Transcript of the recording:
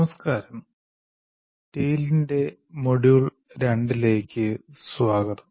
നമസ്കാരം TALE ന്റെ module 2 ലേക്ക് സ്വാഗതം